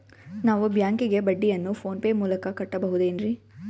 ನಾವು ಬ್ಯಾಂಕಿಗೆ ಬಡ್ಡಿಯನ್ನು ಫೋನ್ ಪೇ ಮೂಲಕ ಕಟ್ಟಬಹುದೇನ್ರಿ?